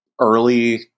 early